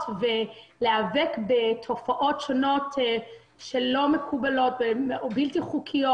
ולהיאבק בתופעות שונות שלא מקובלות או בלתי חוקיות.